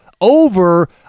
Over